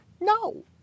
No